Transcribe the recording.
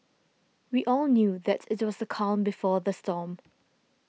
we all knew that it was the calm before the storm